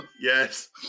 Yes